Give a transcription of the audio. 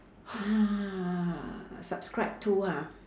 subscribe to ha